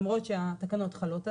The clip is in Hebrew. למרות שהתקנות חלות עליהם.